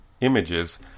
images